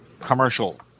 commercial